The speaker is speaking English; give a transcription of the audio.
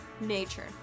nature